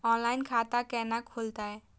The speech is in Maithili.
ऑनलाइन खाता केना खुलते?